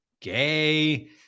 gay